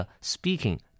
speaking